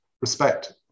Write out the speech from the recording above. respect